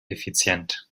effizient